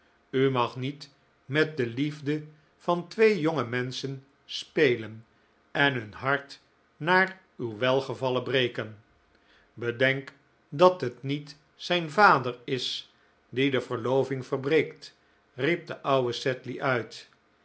u mag niet met de liefde van twee jonge menschen spelen en hun hart naar uw welgevallen breken bedenk dat het niet zijn vader is die de verloving verbreekt riep de oude sedley uit